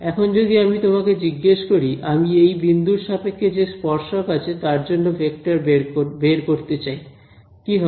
এখন যদি আমি তোমাকে জিজ্ঞেস করি আমি এই বিন্দুর সাপেক্ষে যে স্পর্শক আছে তার জন্য ভেক্টর বের করতে চাই কি হবে